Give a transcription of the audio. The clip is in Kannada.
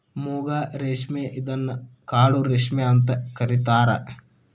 ಮೂಗಾ ರೇಶ್ಮೆ ಇದನ್ನ ಕಾಡು ರೇಶ್ಮೆ ಅಂತ ಕರಿತಾರಾ